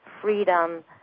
freedom